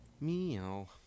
Meow